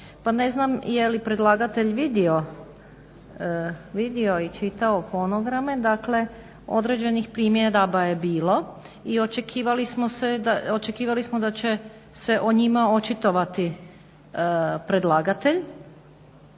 Pa ne znam je li predlagatelj vidio i čitao fonograme, dakle određenih primjedaba je bilo i očekivali smo da će se o njima očitovati predlagatelj